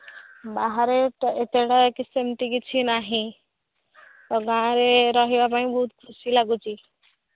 ସବୁ ବାହାରେ ତ ଏତେଟା ସେମତି କିଛି ନାହିଁ ତ ଗାଁରେ ରହିବା ପାଇଁ ବହୁତ ଖୁସି ଲାଗୁଛି